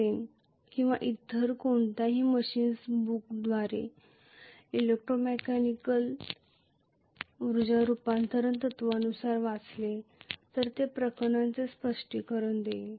सेन यांच्या किंवा इतर कोणत्याही मशीन्स बुकद्वारे इलेक्ट्रोमेकॅनिकल ऊर्जा रूपांतरण तत्त्वानुसार वाचले तर ते प्रकरणांचे स्पष्टीकरण देईल